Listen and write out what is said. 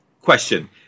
Question